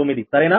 79 సరేనా